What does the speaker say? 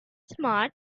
smart